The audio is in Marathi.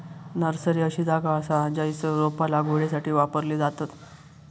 नर्सरी अशी जागा असा जयसर रोपा लागवडीसाठी वापरली जातत